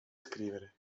scrivere